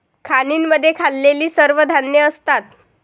खाणींमध्ये खाल्लेली सर्व धान्ये असतात